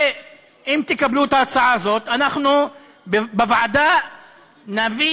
ואם תקבלו את ההצעה הזאת אנחנו בוועדה נביא